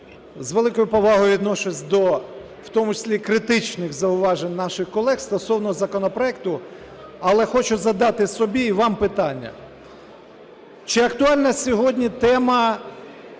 З великою повагою відношусь до в тому числі критичних зауважень наших колег стосовно законопроекту. Але хочу задати собі і вам питання. Чи актуальна сьогодні тема